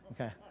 Okay